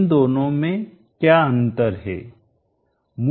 इन दोनों में क्या अंतर है